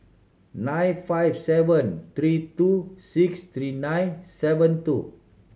nine five seven three two six three nine seven two